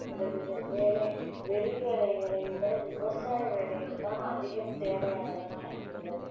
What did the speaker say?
இந்த வி வேலை வெளி வேலைகளை விட விவசாய வேலைகள் தான் அதிகம் தேவையானதாக நமக்கு உள்ளது